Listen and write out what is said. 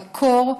הקור,